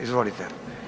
Izvolite.